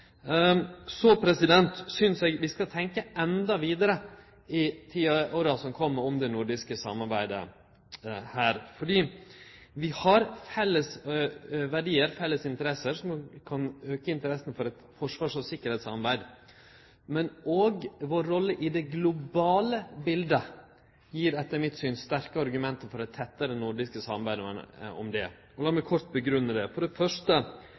Så synest eg vi skal tenkje endå vidare i åra som kjem, når det gjeld det nordiske samarbeidet. Vi har felles verdiar og felles interesser som kan auke interessa for eit forsvars- og tryggingssamarbeid, men òg vår rolle i det globale biletet gir etter mitt syn sterke argument for eit tettare nordisk samarbeid om det. Lat meg kort grunngi det. For det første: